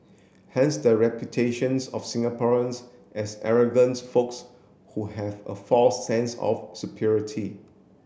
hence the reputations of Singaporeans as arrogant folks who have a false sense of superiority